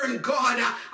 God